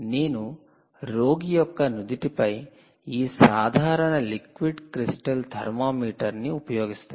నేను రోగి యొక్క నుదిటిపై ఈ సాధారణ లిక్విడ్ క్రిస్టల్ థర్మామీటర్ ని ఉపయోగిస్తాను